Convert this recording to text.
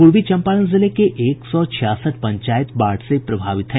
पूर्वी चंपारण जिले के एक सौ छियासठ पंचायत बाढ़ से प्रभावित हैं